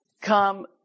come